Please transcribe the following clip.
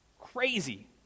Crazy